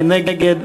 מי נגד?